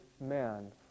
man